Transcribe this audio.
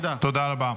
תודה רבה.